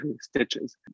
Stitches